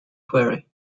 quarry